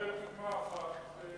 זו דוגמה אחת,